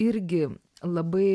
irgi labai